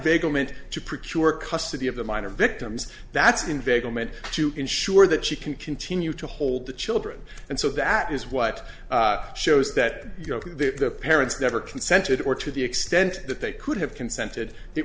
vegas meant to procure custody of the minor victims that's invasion meant to ensure that she can continue to hold the children and so that is what shows that the parents never consented or to the extent that they could have consented